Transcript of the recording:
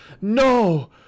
No